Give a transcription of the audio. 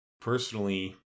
Personally